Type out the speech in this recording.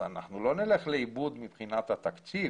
אז אנחנו לא נלך לאיבוד מבחינת התקציב,